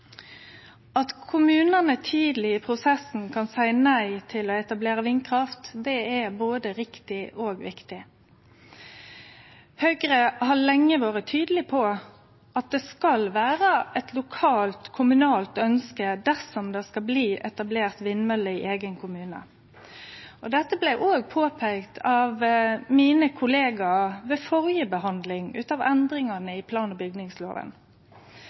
At kommunane tidleg i prosessen kan seie nei til å etablere vindkraft, er både riktig og viktig. Høgre har lenge vore tydeleg på at det skal vere eit lokalt kommunalt ønske dersom det skal etablerast vindmøller i eigen kommune. Dette blei òg påpeikt av mine kollegaer ved førre behandling av endringane i plan- og bygningsloven.